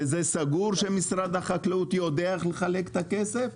וזה סגור שמשרד החקלאות יודע איך לחלק את הכסף?